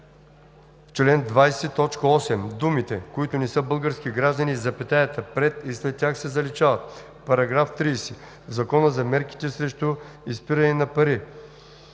чл. 20, т. 8 думите „които не са български граждани“ и запетаята пред и след тях се заличават. § 30. В Закона за мерките срещу изпирането на пари